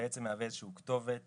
שבעצם מהווה איזושהי כתובת